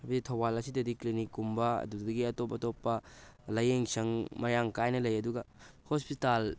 ꯍꯥꯏꯕꯗꯤ ꯊꯧꯕꯥꯜ ꯑꯁꯤꯗꯗꯤ ꯀ꯭ꯂꯤꯅꯤꯛ ꯀꯨꯝꯕ ꯑꯗꯨꯗꯒꯤ ꯑꯇꯣꯞ ꯑꯇꯣꯞꯄ ꯂꯥꯏꯌꯦꯡꯁꯪ ꯃꯔꯥꯡ ꯀꯥꯏꯅ ꯂꯩ ꯑꯗꯨꯒ ꯍꯣꯁꯄꯤꯇꯥꯜ